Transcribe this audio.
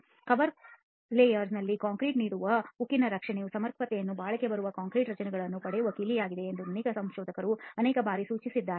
cover ಲೇಯರ್ನ ಲ್ಲಿ concrete ನೀಡುವ ಉಕ್ಕಿನ ರಕ್ಷಣೆಯ ಸಮರ್ಪಕತೆಯು ಬಾಳಿಕೆ ಬರುವ ಕಾಂಕ್ರೀಟ್ ರಚನೆಗಳನ್ನು ಪಡೆಯುವ ಕೀಲಿಯಾಗಿದೆ ಎಂದು ಅನೇಕ ಸಂಶೋಧಕರು ಅನೇಕ ಬಾರಿ ಸೂಚಿಸಿದ್ದಾರೆ